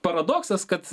paradoksas kad